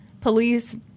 Police